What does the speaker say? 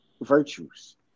virtues